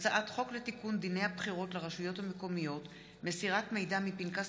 הצעת חוק לתיקון דיני הבחירות לרשויות המקומיות (מסירת מידע מפנקס